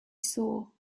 saw